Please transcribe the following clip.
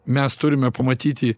mes turime pamatyti